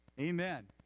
Amen